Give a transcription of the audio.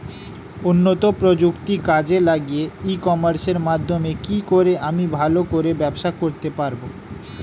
উন্নত প্রযুক্তি কাজে লাগিয়ে ই কমার্সের মাধ্যমে কি করে আমি ভালো করে ব্যবসা করতে পারব?